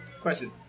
Question